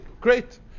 great